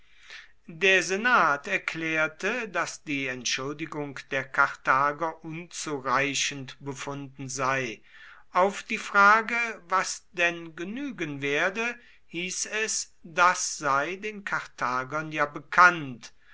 der senat erklärte daß die entschuldigung der karthager unzureichend befunden sei auf die frage was denn genügen werde hieß es das sei den karthagern ja bekannt